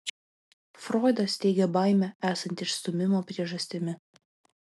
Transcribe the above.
froidas teigia baimę esant išstūmimo priežastimi